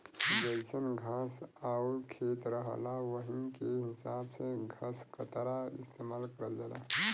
जइसन घास आउर खेत रहला वही के हिसाब से घसकतरा इस्तेमाल करल जाला